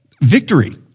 victory